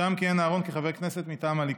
שם כיהן אהרן כחבר כנסת מטעם הליכוד.